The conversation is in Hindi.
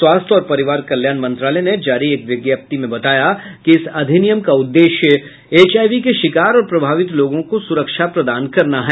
स्वास्थ्य और परिवार कल्याण मंत्रालय ने जारी एक विज्ञप्ति में बताया कि इस अधिनियम का उद्देश्य एचआईवी के शिकार और प्रभावित लोगों को सुरक्षा प्रदान करना है